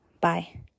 Bye